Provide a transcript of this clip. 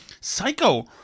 psycho